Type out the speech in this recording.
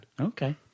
Okay